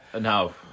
no